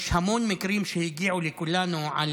יש המון מקרים שהגיעו לכולנו על